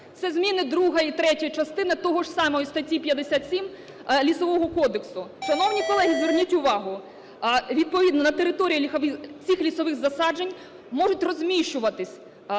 і третьої частина тієї ж самої статті 57 Лісового кодексу. Шановні колеги, зверніть увагу, відповідно на території цих лісових засаджень можуть розміщуватися: